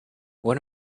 what